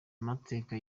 amateka